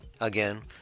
Again